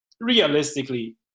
realistically